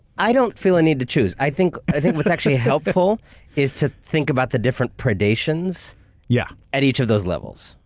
i don't feel a need to choose. i think i think what's actually helpful is to think about the different predations yeah at each of those levels.